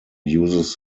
uses